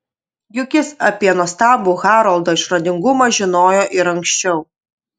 juk jis apie nuostabų haroldo išradingumą žinojo ir anksčiau